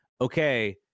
okay